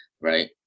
Right